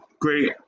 great